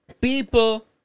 people